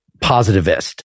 positivist